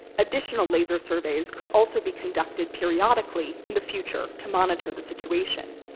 additional laser surveys could also be conducted periodically in the future to monitor the situation.